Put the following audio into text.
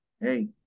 hey